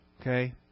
okay